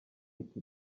iti